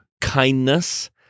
kindness